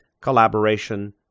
collaboration